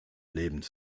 lebend